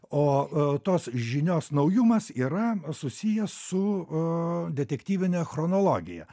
o a tos žinios naujumas yra susiję su aa detektyvine chronologija